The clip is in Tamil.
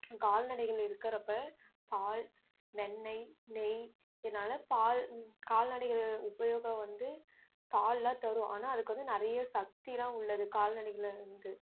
கால்நடைகள் இருக்கிறப்ப பால் வெண்ணெய் நெய் இதனால் பால் கால்நடைகள் உபயோகம் வந்து பால்லாம் தரும் ஆனால் அதுக்கு வந்து நிறைய சக்தியெலாம் உள்ளது கால்நடைகள்லேருந்து